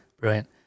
brilliant